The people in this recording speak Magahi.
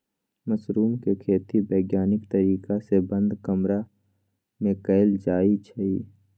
मशरूम के खेती वैज्ञानिक तरीका से बंद कमरा में कएल जाई छई